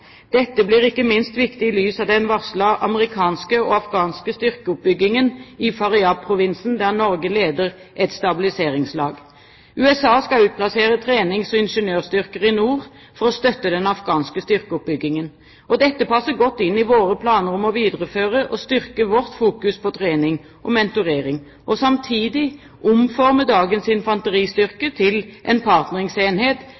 Dette blir ikke minst viktig i lys av den varslede amerikanske og afghanske styrkeoppbyggingen i Faryab-provinsen der Norge leder et stabiliseringslag. USA skal utplassere trenings- og ingeniørstyrker i nord for å støtte den afghanske styrkeoppbyggingen. Dette passer godt inn i våre planer om å videreføre og styrke vårt fokus på trening og mentorering og samtidig omforme dagens